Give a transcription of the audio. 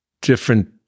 different